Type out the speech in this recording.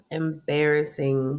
embarrassing